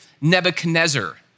Nebuchadnezzar